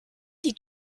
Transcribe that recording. die